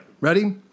ready